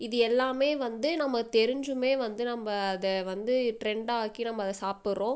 இது எல்லாம் வந்து நம்ம தெரிஞ்சுமே வந்து நம்ம அதை வந்து டிரெண்டாக்கி நம்ம அதை சாப்பிட்றோம்